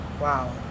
Wow